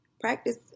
Practice